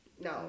No